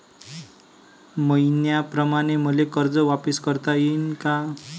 मईन्याप्रमाणं मले कर्ज वापिस करता येईन का?